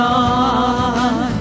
on